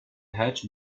hatch